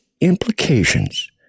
implications